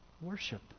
Worship